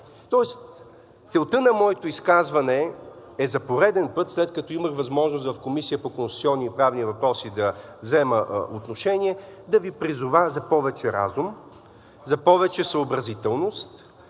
Тоест целта на моето изказване е за пореден път, след като имах възможност в Комисията по конституционни и правни въпроси да взема отношение, да Ви призова за повече разум, за повече съобразителност